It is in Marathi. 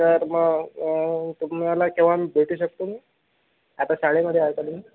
तर मग तुम्ही मला केव्हा भेटू शकतो मी आता शाळेमध्ये आहे का तुम्ही